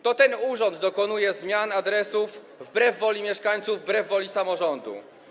To ten urząd dokonuje zmian adresów wbrew woli mieszkańców, wbrew woli samorządu.